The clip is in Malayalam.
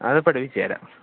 അത് പഠിപ്പിച്ച് തരാം